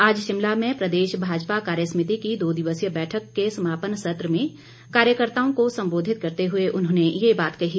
आज शिमला में प्रदेश भाजपा कार्यसमिति की दो दिवसीय बैठक के समापन सत्र में कार्यकर्त्ताओं को संबोधित करते हए उन्होंने ये बात कही